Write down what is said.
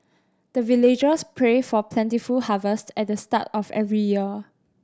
the villagers pray for plentiful harvest at the start of every year